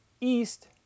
east